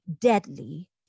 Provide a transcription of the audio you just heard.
deadly